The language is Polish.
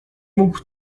mógł